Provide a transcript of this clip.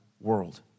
world